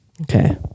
Okay